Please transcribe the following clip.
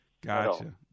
Gotcha